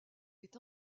est